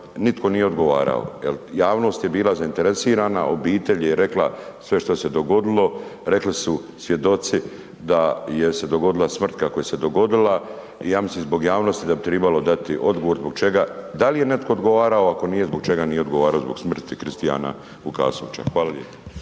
nitko nije odgovarao, jel? Javnost je bila zainteresirana, obitelj je rekla sve što se dogodilo, rekli su svjedoci da je se dogodila smrt kako se dogodila, ja mislim zbog javnosti da bi trebalo dati odgovor zbog čega da li je netko odgovarao, ako nije, zbog čega nije odgovarao, zbog smrti Kristijana Vukasovića. Hvala lijepo.